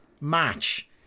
match